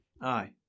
aye